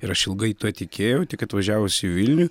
ir aš ilgai tuo tikėjau tik atvažiavus į vilnių